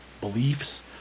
beliefs